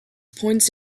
points